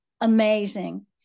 amazing